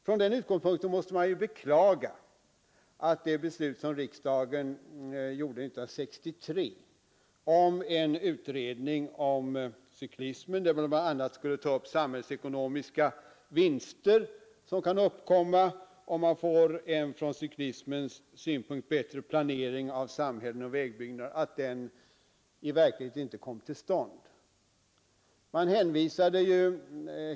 Från den utgångspunkten måste man beklaga att den utredning om cyklismen som riksdagen år 1963 fattade beslut om, och som bl.a. skulle behandla frågan om de samhällsekonomiska vinster som kan uppkomma om vi får en från cyklismens synpunkt bättre planering av samhället och vägarna, i verkligheten inte kom till stånd.